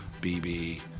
BB